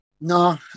No